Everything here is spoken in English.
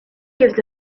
gives